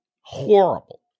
horrible